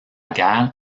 guerre